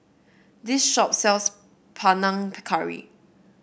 this shop sells Panang Curry